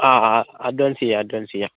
ആ ആ അഡ്വാൻസ് ചെയ്യാം അഡ്വാൻസ് ചെയ്യാം